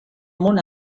mont